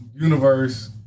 universe